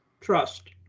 Trust